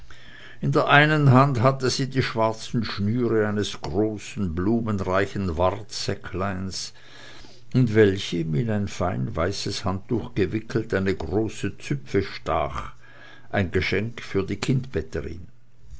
in der einen hand hatte sie die schwarzen schnüre eines großen blumenreichen wartsäckleins in welchem in ein fein weißes handtuch gewickelt eine große züpfe stach ein geschenk für die